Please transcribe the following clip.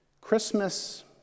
Christmas